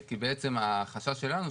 כי החשש שלנו,